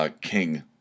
king